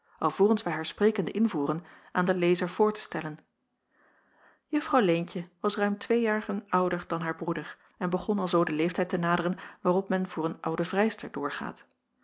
alvorens wij haar sprekende invoeren aan den lezer voor te stellen juffrouw leentje was ruim twee jaren ouder dan haar broeder en begon alzoo den leeftijd te naderen waarop men voor een oude vrijster doorgaat